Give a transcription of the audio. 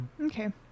okay